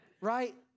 right